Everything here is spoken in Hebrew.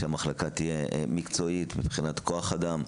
כדי שהמחלקה תהיה מקצועית עם כוח אדם,